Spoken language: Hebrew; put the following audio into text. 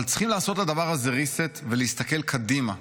אבל צריכים לעשות לדבר הזה reset ולהסתכל קדימה,